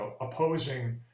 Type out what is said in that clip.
Opposing